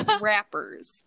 rappers